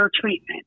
treatment